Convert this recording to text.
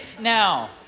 now